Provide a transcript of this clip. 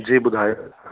जी ॿुधायो